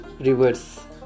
reverse